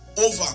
over